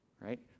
right